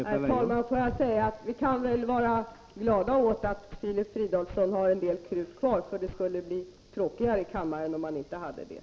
Herr talman! Jag vill bara säga att vi väl kan vara glada åt att Filip Fridolfsson har en del krut kvar, för det skulle bli tråkigare i kammaren om han inte hade det.